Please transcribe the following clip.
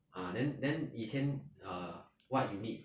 uh then then 以前 err what unit